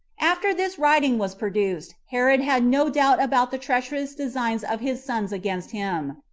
after this writing was produced, herod had no doubt about the treacherous designs of his sons against him.